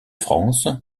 france